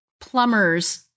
plumbers